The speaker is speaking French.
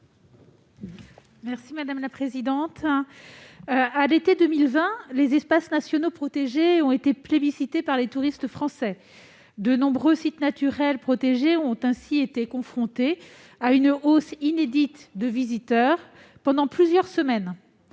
Mme Dominique Vérien. À l'été 2020, les espaces nationaux protégés ont été plébiscités par les touristes français. De nombreux sites naturels protégés ont ainsi été confrontés à une hausse inédite des visiteurs pendant plusieurs semaines,